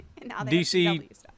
DC